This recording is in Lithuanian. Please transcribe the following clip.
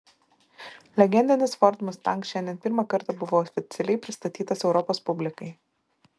legendinis ford mustang šiandien pirmą kartą buvo oficialiai pristatytas europos publikai